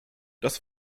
das